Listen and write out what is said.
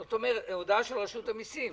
זאת אומרת, זו הודעה של רשות המסים.